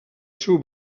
seu